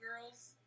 Girls